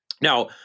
Now